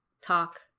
talk